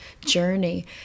journey